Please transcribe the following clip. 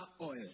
oil